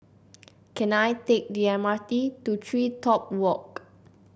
can I take the M R T to TreeTop Walk